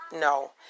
No